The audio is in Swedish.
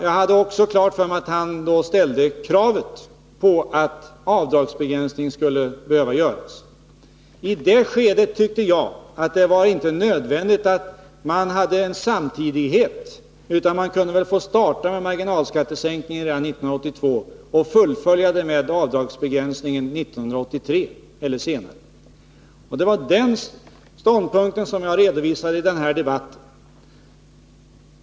Jag hade också klart för mig att han ställde kravet att en avdragsbegränsning skulle behöva göras. I det skedet tyckte jag att det inte var nödvändigt att man hade en samtidighet, utan man kunde starta med marginalskattesänkningen redan 1982 och fullfölja den med avdragsbegränsning 1983 eller senare. Det var den ståndpunkt som jag redovisade i den nämnda debatten.